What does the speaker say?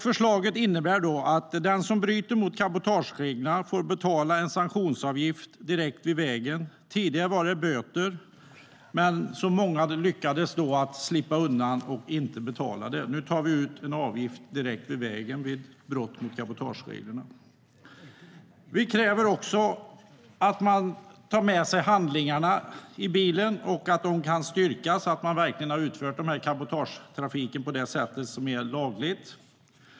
Förslaget innebär att den som bryter mot cabotagereglerna får betala en sanktionsavgift direkt vid vägen. Tidigare var det böter, men det var många som lyckades slippa undan dem och inte betala dem. Nu ska det tas ut en avgift direkt vid vägen vid brott mot cabotagereglerna. Vi kräver också att man har med sig handlingar i bilen som kan styrka att cabotagetrafiken utförs på det sätt som är lagligt.